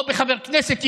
או בחבר כנסת יהודי,